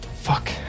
fuck